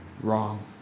wrong